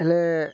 ହେଲେ